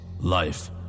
life